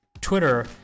Twitter